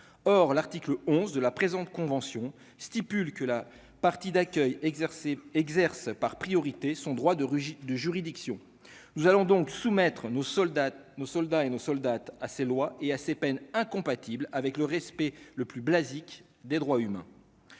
or l'article 11 de la présente convention stipule que la partie d'accueil exercé exerce par priorité son droit de Rugy de juridiction, nous allons donc soumettre nos soldats, nos soldats et nos soldats assez lois et assez peines incompatible avec le respect le plus Blazic des droits humains.